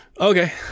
Okay